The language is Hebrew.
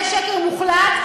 זה שקר מוחלט.